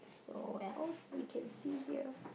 so what else we can see here